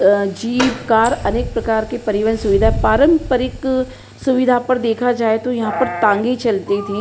jeep car अनेक प्रकार की परिवहन सुविधा पारम्परिक सुविधा पर देखा जाए तो यहाँ पर तांगे चलते थे